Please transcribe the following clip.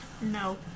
No